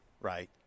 right